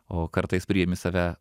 o kartais priimi save